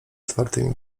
otwartymi